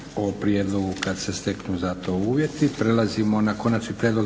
o prijedlogu kad se steknu za to uvjeti. **Stazić, Nenad (SDP)** Konačni prijedlog